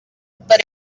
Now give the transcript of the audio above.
but